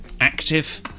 active